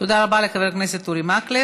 תודה לחבר הכנסת אורי מקלב.